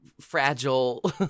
fragile